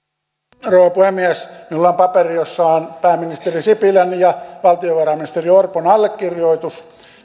arvoisa rouva puhemies minulla on paperi jossa on pääministeri sipilän ja valtiovarainministeri orpon allekirjoitus